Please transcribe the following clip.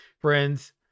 Friends